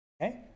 okay